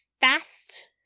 fast